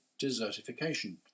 desertification